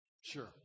sure